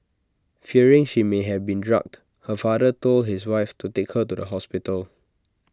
fearing she may have been drugged her father told his wife to take her to the hospital